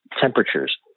temperatures